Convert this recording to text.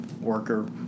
worker